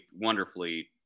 wonderfully